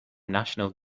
national